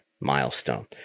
milestone